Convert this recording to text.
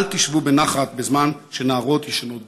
אל תשבו בנחת בזמן שנערות ישנות ברחוב.